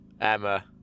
Emma